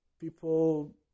people